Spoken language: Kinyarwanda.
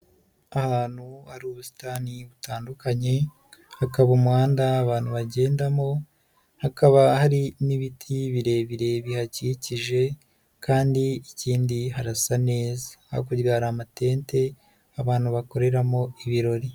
Ahantu hari ubusitani butandukanye, hakaba umuhanda abantu bagendamo, hakaba hari n'ibiti birebire bihakikije kandi ikindi harasa neza. Hakurya hari amatente, abantu bakoreramo ibirori.